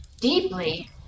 deeply